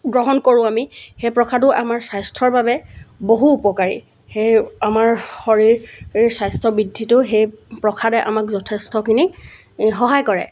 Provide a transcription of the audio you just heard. গ্ৰহণ কৰোঁ আমি সেই প্ৰসাদো আমাৰ স্বাস্থ্যৰ বাবে বহু উপকাৰী সেই আমাৰ শৰীৰ স্বাস্থ্য বৃদ্ধিটো সেই প্ৰসাদে আমাক যথেষ্টখিনি সহায় কৰে